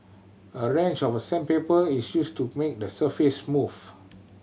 a range of sandpaper is used to make the surface smooth